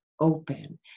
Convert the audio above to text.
open